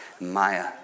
Maya